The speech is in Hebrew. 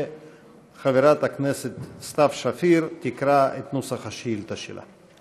וחברת הכנסת סתיו שפיר תקרא את נוסח השאילתה שלה.